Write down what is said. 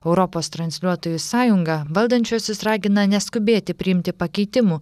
europos transliuotojų sąjunga valdančiuosius ragina neskubėti priimti pakeitimų